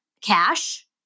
cash